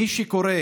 מי שקורא